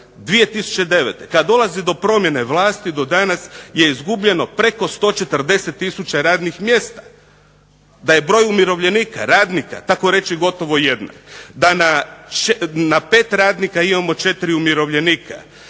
1.07.2009. kad dolazi do promjene vlasti do danas je izgubljeno preko 140 tisuća radnih mjesta? Da je broj umirovljenika, radnika takoreći gotovo jednak; da na 5 radnika imamo 4 umirovljenika,